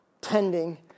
tending